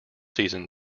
season